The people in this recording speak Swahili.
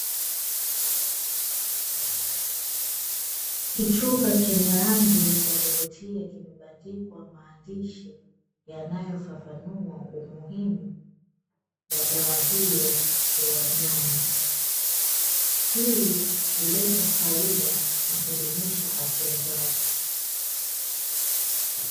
Kichupa chenye rangi ya kuvutia kimebandikwa maandishi yanayofafanua umuhimu wa dawa hiyo kwa wanyama, hii huleta faida na kudumisha afya zao.